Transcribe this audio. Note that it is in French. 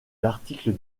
l’article